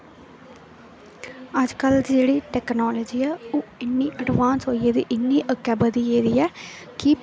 अज्जकल दी जेह्ड़ी टैक्नालाजी ऐ ओह् इन्नी अडवांस होई गेदी इन्नी अग्गें बधी गेदी ऐ कि